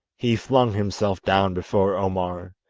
he flung himself down before omar,